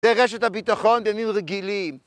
זה רשת הביטחון, בימים רגילים